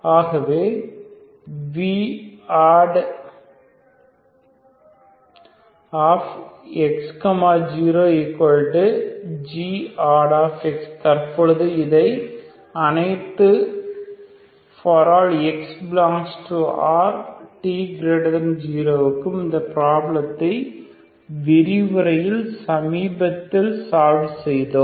ஆகவே voddx 0goddx தற்பொழுது இது அனைத்து ∀x∈R t0 க்கும் இந்தப் ப்ராப்ளத்தை விரிவுரையில் சமீபத்தில் சால்வ் செய்தோம்